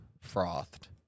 frothed